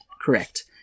Correct